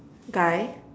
guy